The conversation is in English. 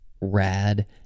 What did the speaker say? rad